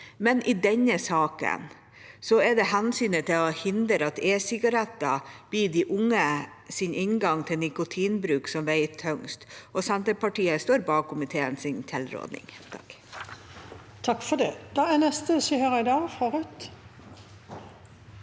men i denne saken er det hensynet til å hindre at e-sigaretter blir de unges inngang til nikotinbruk, som veier tyngst. Senterpartiet står bak komiteens tilråding. Seher